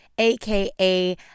AKA